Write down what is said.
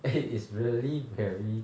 eh it's really very